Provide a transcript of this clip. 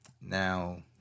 Now